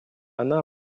она